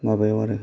माबायाव आरो